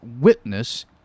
witness